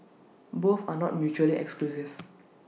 both are not mutually exclusive